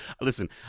Listen